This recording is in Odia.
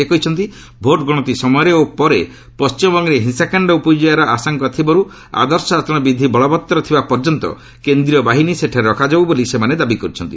ସେ କହିଛନ୍ତି ଭୋଟ୍ଗଣତି ସମୟରେ ଓ ପରେ ପଣ୍ଟିମବଙ୍ଗରେ ହିଂସାକାଣ୍ଡ ଉପୁଜିବାର ଆଶଙ୍କା ଥିବାରୁ ଆଦର୍ଶ ଆଚରଣ ବିଧି ବଳବତ୍ତର ଥିବା ପର୍ଯ୍ୟନ୍ତ କେନ୍ଦ୍ରୀୟ ବାହିନୀ ସେଠାରେ ରଖାଯାଉ ବୋଲି ସେମାନେ ଦାବି କରିଛନ୍ତି